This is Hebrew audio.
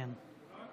כן.